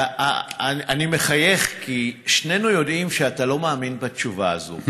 אני מחייך כי שנינו יודעים שאתה לא מאמין בתשובה הזו.